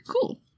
Cool